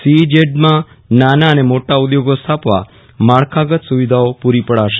સીઈઝેડમાં નાના અને મોટા ઉધોગો સ્થાપવા માળખાગત સૂવિધા પૂરી પડશ